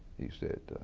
he said,